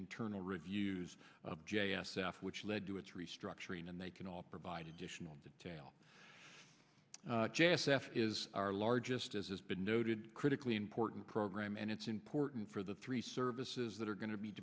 internal reviews of j s f which led to its restructuring and they can all provide additional detail is our largest as has been noted critically important program and it's important for the three services that are going to